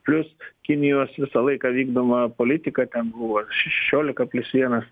plius kinijos visą laiką vykdoma politika ten buvo šešiolika plius vienas